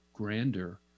Grander